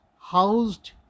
housed